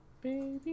Baby